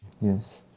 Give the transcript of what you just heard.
Yes